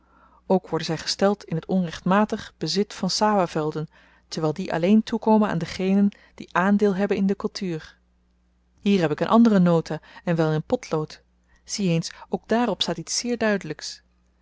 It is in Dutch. ook worden zij gesteld in het onrechtmatig bezit van sawah velden terwijl die alleen toekomen aan degenen die aandeel hebben in de kultuur hier heb ik een andere nota en wel in potlood zie eens ook dààrop staat iets zeer duidelyks